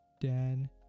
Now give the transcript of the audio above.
dan